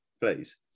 please